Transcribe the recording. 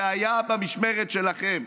זה היה במשמרת שלכם.